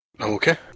Okay